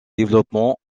développement